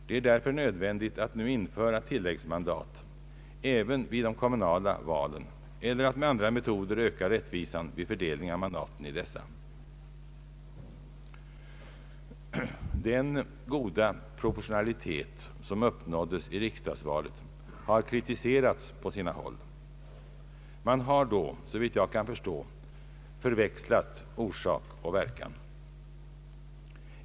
Det är nödvändigt att nu införa tilläggsmandat även i de kommunala valen eller att med andra metoder öka rättvisan vid fördelning av mandaten i dessa. Den goda proportionalitet som uppnåddes i riksdagsvalet har kritiserats på sina håll. Man har då såvitt jag kan förstå förväxlat orsak och verkan.